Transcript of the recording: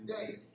today